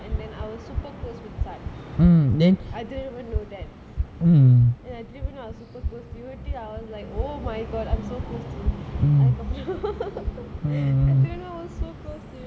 and then I was super close with sun I didn't even know them and I didn't even know I was super close to you until oh my god I was so close to him I didn't know I was so close to you